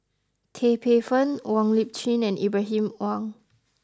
Tan Paey Fern Wong Lip Chin and Ibrahim Awang